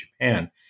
Japan